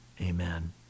Amen